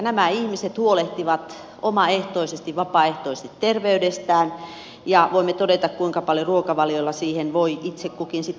nämä ihmiset huolehtivat omaehtoisesti vapaaehtoisesti terveydestään ja voimme todeta kuinka paljon ruokavaliolla siihen voi itse kukin sitten vaikuttaa